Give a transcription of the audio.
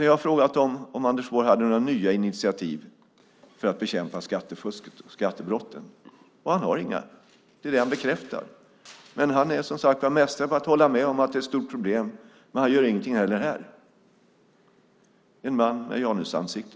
Jag har frågat om Anders Borg har några nya initiativ för att bekämpa skattefusket och skattebrotten. Och han har inga. Det är det han bekräftar. Han är, som sagt var, mästare på att hålla med om att det är ett stort problem. Men han gör ingenting här. Det är en man med janusansikte.